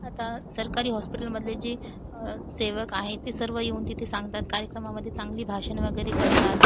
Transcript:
आता सरकारी हॉस्पिटलमधले जे सेवक आहे ते सर्व येऊन तिथे सांगतात कार्यक्रमामध्ये चांगली भाषण वगैरे करतात